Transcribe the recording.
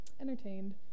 entertained